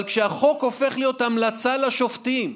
אבל כשהחוק הופך להיות המלצה לשופטים,